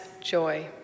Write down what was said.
joy